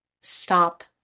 stop